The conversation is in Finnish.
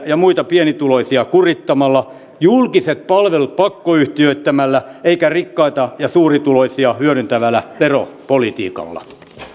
ja muita pienituloisia kurittamalla julkiset palvelut pakkoyhtiöittämällä eikä rikkaita ja suurituloisia hyödyntävällä veropolitiikalla